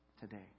today